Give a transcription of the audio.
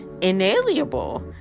inalienable